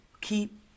keep